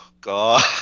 God